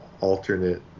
alternate